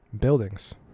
buildings